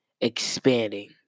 expanding